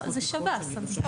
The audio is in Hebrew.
זה שב"ס.